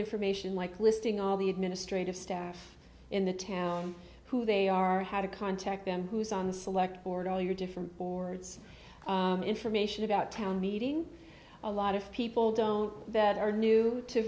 information like listing all the administrative staff in the town who they are how to contact them who is on the select board all your different boards information about town meeting a lot of people don't that are new to